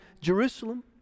Jerusalem